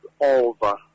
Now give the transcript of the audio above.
over